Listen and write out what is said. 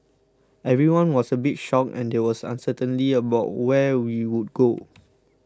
everyone was a bit shocked and there was uncertainty about where we would go